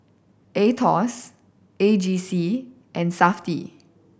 Aetos A G C and Safti